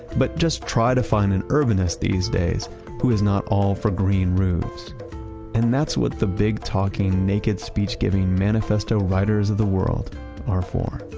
but just try to find an urbanist these days who is not all for green roofs and that's what the big talking naked speech giving manifesto writers of the world are for